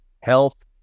health